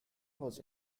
was